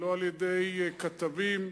לא על-ידי כתבים,